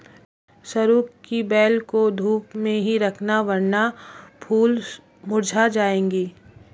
सरू की बेल को धूप में ही रखना वरना फूल मुरझा जाएगी